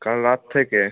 কাল রাত থেকে